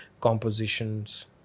compositions